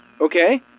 okay